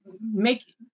make